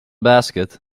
basket